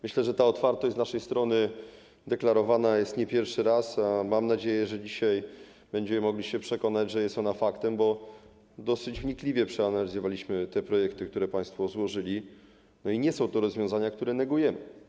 Myślę, że ta otwartość z naszej strony deklarowana jest nie pierwszy raz, a mam nadzieję, że dzisiaj będziemy mogli się przekonać, że jest ona faktem, bo dosyć wnikliwie przeanalizowaliśmy te projekty, które państwo złożyli, i nie są to rozwiązania, które negujemy.